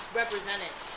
represented